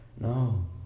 No